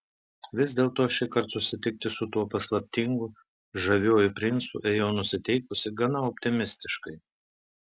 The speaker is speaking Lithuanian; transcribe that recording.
vis dėlto šįkart susitikti su tuo paslaptingu žaviuoju princu ėjau nusiteikusi gana optimistiškai